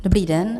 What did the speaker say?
Dobrý den.